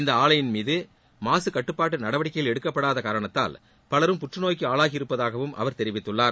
இந்த ஆலையின் மீது மாசு கட்டுப்பாட்டு நடவடிக்கைகள் எடுக்கப்படாத காரணத்தால் பலரும் புற்றுநோய்க்கு ஆளாகி இருப்பதாகவும் அவர் தெரிவித்துள்ளார்